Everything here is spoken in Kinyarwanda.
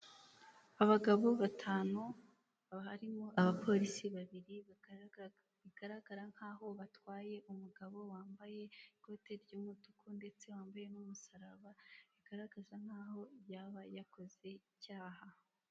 Abagabo batanu harimo abapolisi babiri bigaragara nk'aho batwaye umugabo wambaye ikoti ry'umutuku ndetse wambaye n'umusaraba bigaragaza nkaho yaba yakoze icyaha.